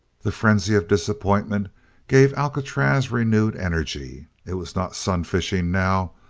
the frenzy of disappointment gave alcatraz renewed energy. it was not sun-fishing now,